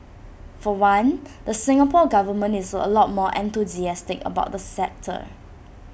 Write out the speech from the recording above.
for one the Singapore Government is A lot more enthusiastic about the sector